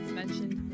mentioned